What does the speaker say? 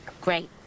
great